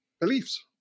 beliefs